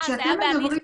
זה היה בהליך